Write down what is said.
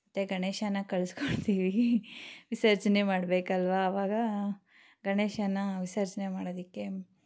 ಮತ್ತೆ ಗಣೇಶನ್ನ ಕಳಿಸ್ಕೊಡ್ತೀವಿ ವಿಸರ್ಜನೆ ಮಾಡಬೇಕಲ್ವಾ ಆವಾಗ ಗಣೇಶನ್ನ ವಿಸರ್ಜನೆ ಮಾಡೋದಕ್ಕೆ